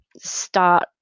start